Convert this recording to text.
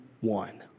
one